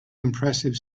impressive